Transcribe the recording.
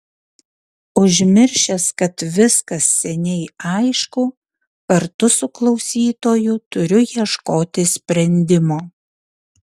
užmiršęs kad viskas seniai aišku kartu su klausytoju turiu ieškoti sprendimo